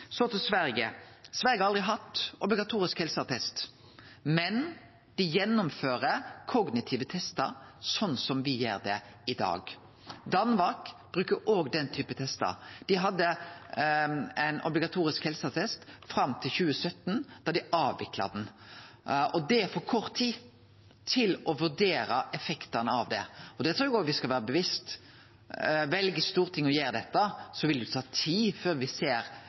Så til Sverige: Sverige har aldri hatt obligatorisk helseattest, men dei gjennomfører kognitive testar sånn som me gjer det i dag. Danmark bruker òg den typen testar. Dei hadde ein obligatorisk helseattest fram til 2017, da dei avvikla han. Det er for kort tid til å vurdere effektane av det. Det trur eg òg me skal vere bevisste på. Vel Stortinget å gjere dette, vil det jo ta tid før me ser